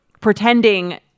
pretending